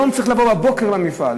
היום צריך לבוא בבוקר למפעל.